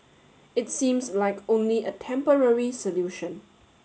it seems like only a temporary solution